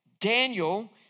Daniel